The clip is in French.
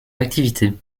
activités